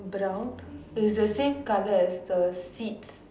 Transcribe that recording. brown is the same colour as the seats